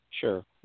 Sure